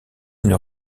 une